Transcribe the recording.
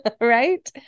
right